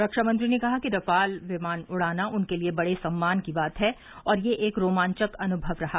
रक्षा मंत्री ने कहा कि रफाल विमान उड़ाना उनके लिए बड़े सम्मान की बात है और यह एक रोमांचक अनुभव रहा